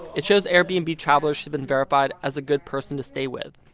it shows airbnb travelers she's been verified as a good person to stay with.